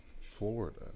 Florida